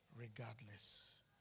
regardless